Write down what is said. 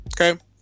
Okay